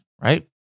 right